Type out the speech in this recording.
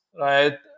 right